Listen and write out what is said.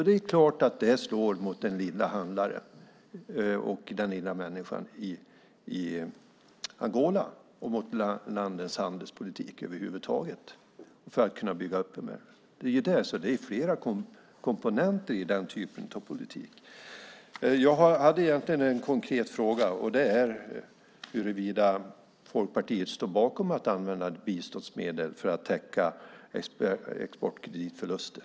Det är klart att det slår mot den lilla handlaren och den lilla människan i Angola och mot landets handelspolitik över huvud taget när det gäller att bygga upp något. Det är flera komponenter i den typen av politik. Jag hade en konkret fråga, och den gäller huruvida Folkpartiet står bakom att använda biståndsmedel för att täcka exportkreditförluster.